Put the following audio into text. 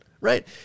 Right